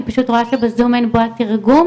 אני רואה שבזום אין תרגום,